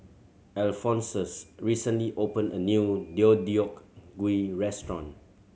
Alphonsus recently opened a new Deodeok Gui restaurant